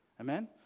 Amen